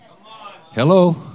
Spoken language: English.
Hello